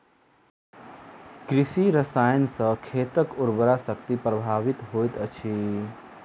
कृषि रसायन सॅ खेतक उर्वरा शक्ति प्रभावित होइत अछि